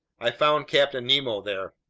i found captain nemo there.